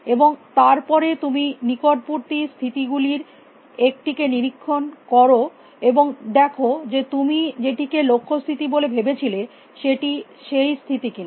এবং তার পরে তুমি নিকটবর্তী স্থিতি গুলির একটি কে নিরীক্ষণ কর এবং দেখো যে তুমি যেটিকে লক্ষ্য স্থিতি বলে ভেবেছিলে সেটি সেই স্থিতি কি না